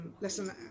listen